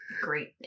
great